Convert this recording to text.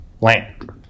land